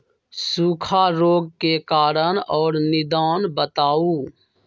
सूखा रोग के कारण और निदान बताऊ?